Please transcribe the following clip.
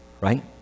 right